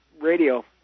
radio